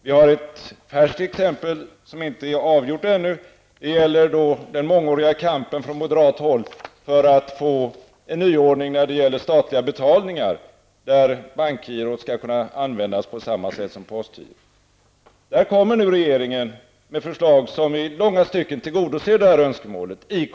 Vi har ett färskt ärende som ännu inte är avgjort. Det gäller den mångåriga kampen från moderat håll för att få till stånd en nyordning när det gäller statliga betalningar, nämligen att bankgirot skall kunna användas på samma sätt som postgirot. Där kommer nu regeringen i kompletteringspropositionen med förslag som i långa stycken tillgodoser det önskemålet.